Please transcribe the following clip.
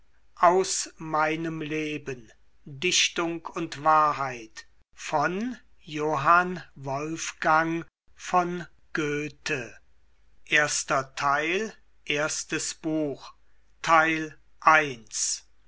aus meinem leben dichtung und wahrheit